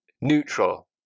neutral